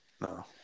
No